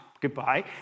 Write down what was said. goodbye